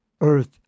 Earth